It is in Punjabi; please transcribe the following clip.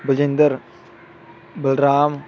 ਬਜਿੰਦਰ ਬਲਰਾਮ